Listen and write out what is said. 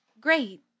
great